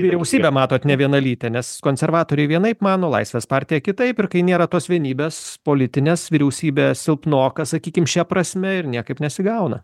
vyriausybė matot nevienalytė nes konservatoriai vienaip mano laisvės partija kitaip ir kai nėra tos vienybės politinės vyriausybę silpnoka sakykim šia prasme ir niekaip nesigauna